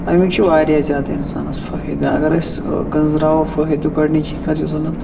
امیُک چھُ واریاہ زیادٕ اِنسانس فٲیدٕ اگر أسۍ گنٛزراوو فٲیدٕ گۄڈٕنِچی کَتھ یُس زَن اتھ